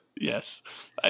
Yes